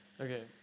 okay